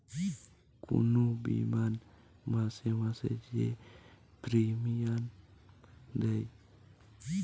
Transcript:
কুনু বীমার মাসে মাসে যে প্রিমিয়াম দেয়